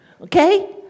okay